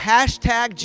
Hashtag